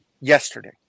yesterday